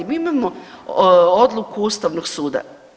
Mi imamo odluku Ustavnog suda.